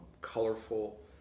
colorful